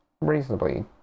reasonably